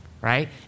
right